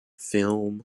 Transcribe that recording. film